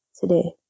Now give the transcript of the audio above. today